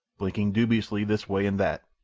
blinking dubiously this way and that,